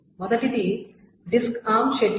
మొదటిది disk arm schedule